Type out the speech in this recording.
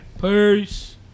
Peace